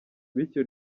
bityo